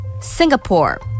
Singapore